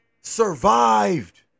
survived